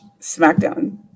SmackDown